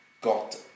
got